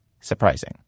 surprising